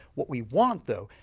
what we want though,